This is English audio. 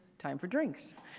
time for drinks.